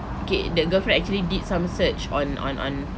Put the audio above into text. okay the girlfriend actually did some search on on on